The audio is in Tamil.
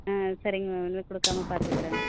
ஆ சரிங்க மேம் இனிமே கொடுக்காம பார்த்துக்குறேன்